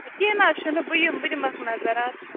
ہے کیٚنٛہہ نا حظ چھُ نہٕ بہٕ یمہٕ بہٕ دِمَکھ نظر اَدٕ سا